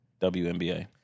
WNBA